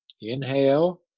Inhale